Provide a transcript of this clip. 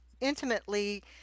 intimately